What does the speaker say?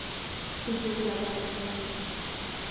ᱛᱤᱸᱡᱩ ᱠᱚ ᱞᱟᱜᱟᱣ ᱞᱮᱱᱠᱷᱟᱱ